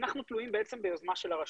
תלויים בעצם ביוזמה של הרשות.